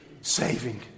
saving